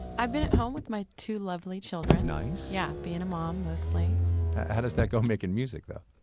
i've been at home with my two lovely children nice yeah, being a mom mostly how does that go making music, though?